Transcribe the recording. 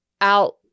out